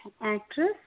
actress